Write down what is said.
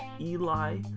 Eli